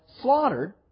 slaughtered